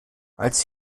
als